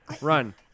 Run